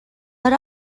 but